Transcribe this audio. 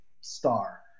star